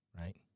right